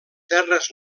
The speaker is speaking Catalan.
terres